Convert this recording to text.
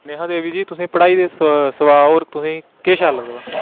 रेखा देवी जी तुसें गी पढ़ाई दे सिवा होर तुसें गी केह् शैल लगदा